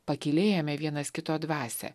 pakylėjame vienas kito dvasią